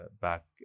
back